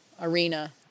arena